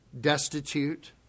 destitute